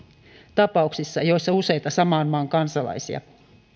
tapauksissa joissa on useita saman maan kansalaisia